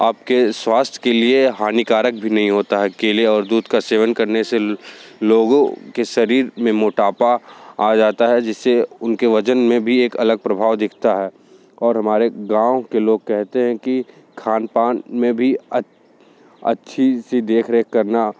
आपके स्वास्थ्य के लिए हानिकारक भी नहीं होता है केले और दूध का सेवन करने से लोगो के शरीर में मोटापा आ जाता है जिससे उनके वज़न में भी एक अलग प्रभाव दिखता है और हमारे गाँव के लोग कहते हैं कि खान पान में भी अच्छी सी देखरेख करना